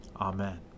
Amen